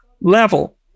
level